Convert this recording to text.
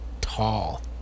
tall